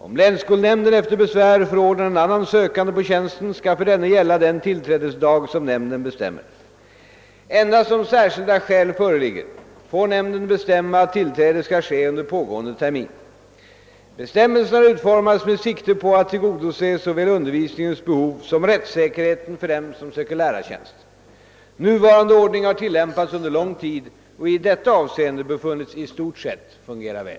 Om länsskolnämnden efter besvär förordnar en annan sökande på tjänsten, skall för denne gälla den tillträdesdag som nämnden bestämmer. Endast om särskilda skäl föreligger, får nämnden bestämma att tillträdet skall ske under pågående termin. Bestämmelserna har utformats med sikte på att tillgodose såväl undervisningens behov som rättssäkerheten för dem som söker lärartjänst. Nuvarande ordning har tillämpats under lång tid och i detta avseende befunnits i stort sett fungera väl.